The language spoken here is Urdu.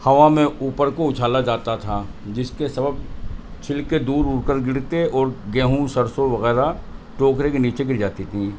ہوا میں اوپر کو اچھالا جاتا تھا جس کے سبب چھلکے دور اڑ کر گرتے اور گیہوں سرسوں وغیرہ ٹوکرے کے نیچے گر جاتی تھیں